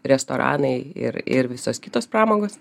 restoranai ir ir visos kitos pramogos